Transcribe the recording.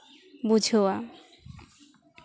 ᱵᱩᱡᱷᱟᱹᱣᱟ